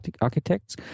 Architects